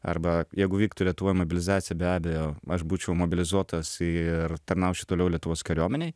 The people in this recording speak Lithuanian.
arba jeigu vyktų lietuvoj mobilizacija be abejo aš būčiau mobilizuotas ir tarnaučiau toliau lietuvos kariuomenėj